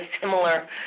similar